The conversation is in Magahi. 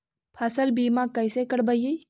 फसल बीमा कैसे करबइ?